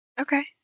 Okay